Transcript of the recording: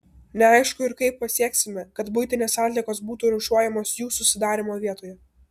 neaišku ir kaip pasieksime kad buitinės atliekos būtų rūšiuojamos jų susidarymo vietoje